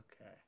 Okay